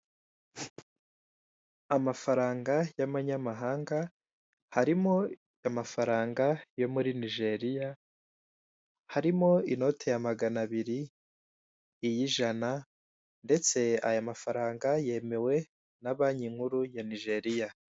Amafaranga y'amanyamahanga harimo amafaranga yo muri nigeria harimo inoti ya magana abiri iy'ijana ndetse aya mafaranga yemewe na banki nkuru ya nigeria.